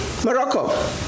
Morocco